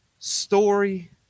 Story